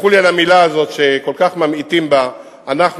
תסלחו על המלה הזאת שכל כך ממעיטים בה אנחנו,